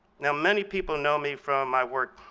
now many people know me from my work